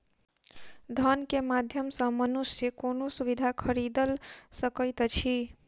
धन के माध्यम सॅ मनुष्य कोनो सुविधा खरीदल सकैत अछि